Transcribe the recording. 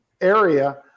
area